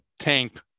tank